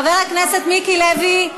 חבר הכנסת מיקי לוי,